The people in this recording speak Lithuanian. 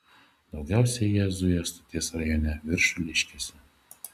daugiausiai jie zuja stoties rajone viršuliškėse